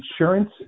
insurance